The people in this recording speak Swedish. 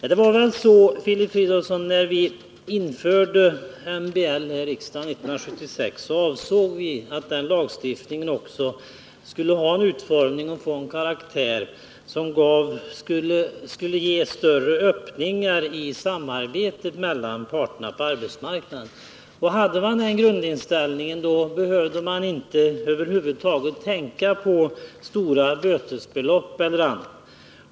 När vi, Filip Fridolfsson, här i riksdagen 1976 fattade beslut om MBL avsåg vi att lagstiftningen skulle få en sådan karaktär som skulle skapa större öppningar i samarbetet mellan parterna på arbetsmarknaden. Hade man den grundinställningen, behövde man över huvud taget inte tänka på stora bötesbelopp eller annat.